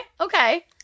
Okay